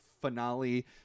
finale